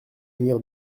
venir